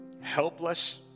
helpless